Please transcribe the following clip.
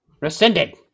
Rescinded